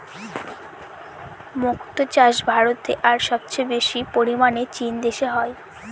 মক্তো চাষ ভারতে আর সবচেয়ে বেশি পরিমানে চীন দেশে হয়